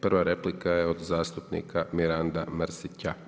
Prva replika je od zastupnika Miranda Mrsića.